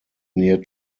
near